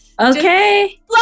Okay